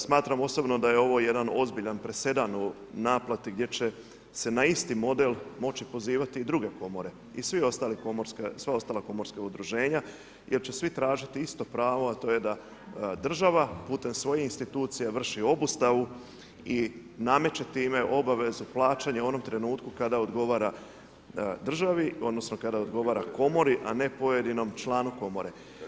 Smatram osobno da je ovo jedan ozbiljan presedan u naplati gdje će se na isti model moći pozivati i druge komore i sva ostala komorska udruženja jer će svi tražiti isto pravo a to je da država putem svojih institucija vrši obustavu i nameće time obavezu plaćanja u onom trenutku kada odgovara državi odnosno kada odgovara komori a ne pojedinom članu komore.